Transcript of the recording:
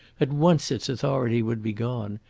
at once its authority would be gone,